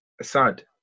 Assad